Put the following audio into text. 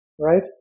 right